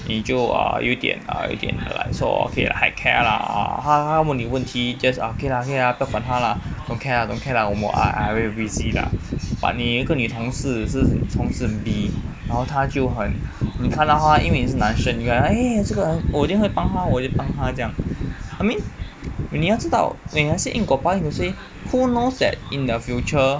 你就 err 有点 err 有点 err like 说 okay like heck care lah err 他他问你问题你 just err okay lah okay lah 不要管他啦 don't care lah don't care lah I very busy lah but 你如果你同事是女同事 B 然后她就很你看到她因为你是男生 you like eh 这个我一定会帮她我一定会帮她这样 I mean 你要知道你还是因果报应的 seh who knows that in the future